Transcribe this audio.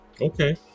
okay